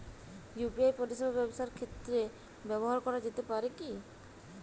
UPI পরিষেবা ব্যবসার ক্ষেত্রে ব্যবহার করা যেতে পারে কি?